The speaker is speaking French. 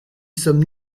sommes